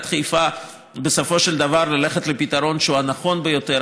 חיפה בסופו של דבר ללכת לפתרון שהוא הנכון ביותר,